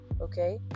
Okay